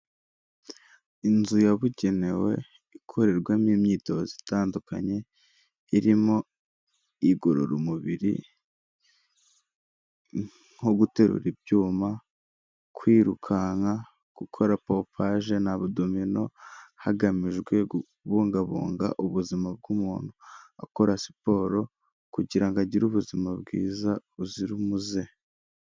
Inzu yabugenewe ikorerwamo imyitozo itandukanye irimo igorora umubiri nko guterura ibyuma, kwirukanka gukora popaje na budomino hagamijwe kubungabunga ubuzima bw'umuntu akora siporo kugira ngo agire ubuzima bwiza buzira umuze.